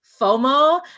FOMO